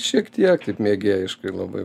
šiek tiek taip mėgėjiškai labai